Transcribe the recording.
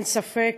אין ספק